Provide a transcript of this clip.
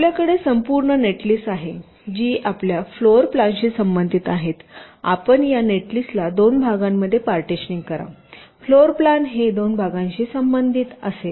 आपल्याकडे संपूर्ण नेटलिस्ट आहे जी आपल्या फ्लोर प्लानशी संबंधित आहे आपण या नेटलिस्टला दोन भागांमध्ये पार्टीशनिंग करा फ्लोर प्लान हे दोन भागांशी संबंधित असेल